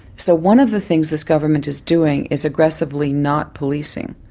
so one of the things this government is doing is aggressively not policing.